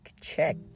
Check